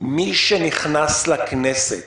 מי שנכנס לכנסת